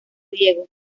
diego